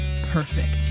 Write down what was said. perfect